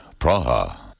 Praha